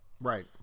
Right